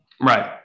right